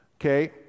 Okay